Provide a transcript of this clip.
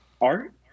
art